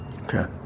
Okay